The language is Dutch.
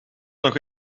nog